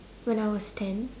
when I was ten